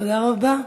תודה רבה.